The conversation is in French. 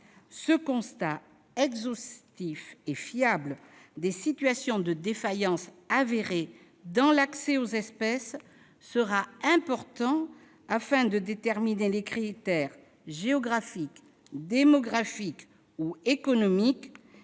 Ce constat exhaustif et fiable des situations de défaillance avérée dans l'accès aux espèces sera important, afin de déterminer les critères géographiques, démographiques ou économiques,